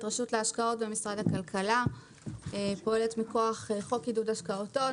רשות ההשקעות במשרד הכלכלה פועלת מכח חוק עידוד השקעות הון,